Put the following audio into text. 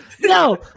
No